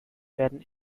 werden